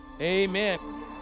Amen